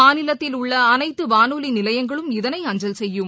மாநிலத்தில் உள்ளஅனைத்துவானொலிநிலையங்களும் இதனை அஞ்சல் செய்யும்